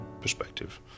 perspective